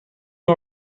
hun